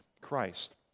Christ